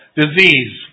disease